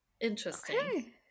interesting